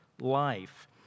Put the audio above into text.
life